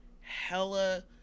hella